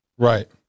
Right